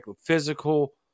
physical